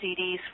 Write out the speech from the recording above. CDs